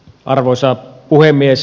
arvoisa puhemies